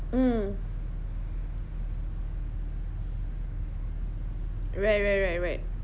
mm right right right right